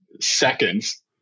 seconds